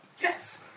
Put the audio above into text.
Yes